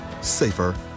safer